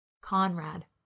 Conrad